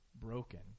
broken